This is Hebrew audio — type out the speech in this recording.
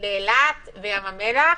לאילת ולים המלח,